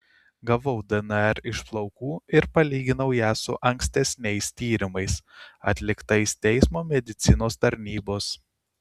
gavau dnr iš plaukų ir palyginau ją su ankstesniais tyrimais atliktais teismo medicinos tarnybos